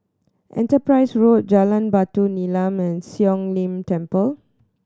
Enterprise Road Jalan Batu Nilam and Siong Lim Temple